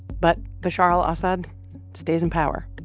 but bashar al-assad stays in power.